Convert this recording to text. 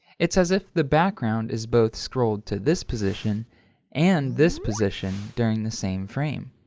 it's as if the background is both scrolled to this position and this position during the same frame.